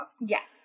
Yes